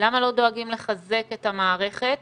למה לא דואגים לחזק את המערכת